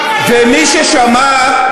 ומי ששמע,